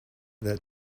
that